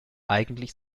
eigentlich